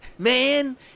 Man